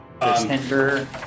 tender